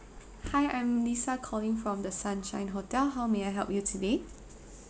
hi I'm lisa calling from the sunshine hotel how may I help you today